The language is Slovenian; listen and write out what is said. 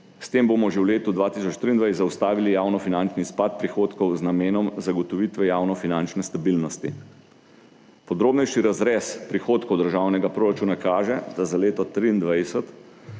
S tem bomo že v letu 2023 zaustavili javnofinančni izpad prihodkov z namenom zagotovitve javnofinančne stabilnosti. Podrobnejši razrez prihodkov državnega proračuna kaže, da za leto 2023